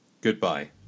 Goodbye